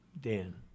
Dan